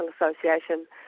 Association